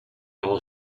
all